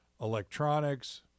Electronics